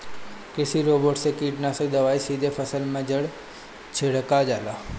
कृषि रोबोट से कीटनाशक दवाई सीधे फसल के जड़ में छिड़का जाला